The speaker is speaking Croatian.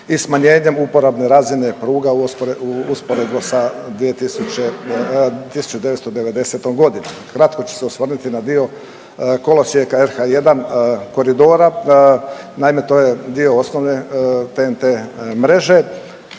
i smanjenjem uporabne razine pruga u usporedbi sa 1990. godinom. Kratko ću se osvrnuti na dio kolosijeka RH1 koridora. Naime to je dio osnovne TNT mreže.